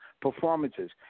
performances